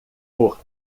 for